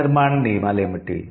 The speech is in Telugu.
పద నిర్మాణ నియమాలు ఏమిటి